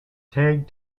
tag